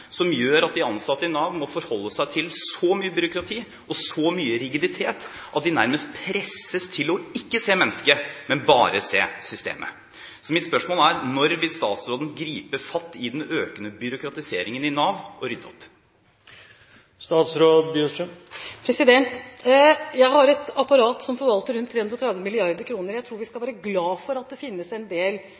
som gjør at de ansatte i Nav må forholde seg til så mye byråkrati og så mye rigiditet at de nærmest presses til ikke å se mennesket, men bare se systemet. Så mitt spørsmål er: Når vil statsråden gripe fatt i den økende byråkratiseringen i Nav og rydde opp? Jeg har et apparat som forvalter rundt 330 mrd. kr. Jeg tror vi skal være glad for at det finnes en del